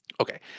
Okay